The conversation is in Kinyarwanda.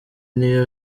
niyo